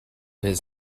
his